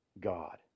God